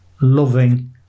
loving